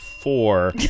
four